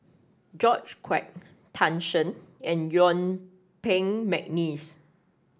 George Quek Tan Shen and Yuen Peng McNeice